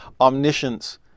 omniscience